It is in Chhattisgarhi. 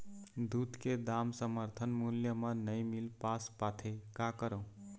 दूध के दाम समर्थन मूल्य म नई मील पास पाथे, का करों?